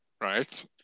Right